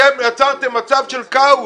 אתם יצרתם מצב של כאוס.